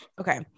Okay